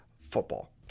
football